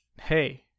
hey